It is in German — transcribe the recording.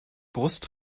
brust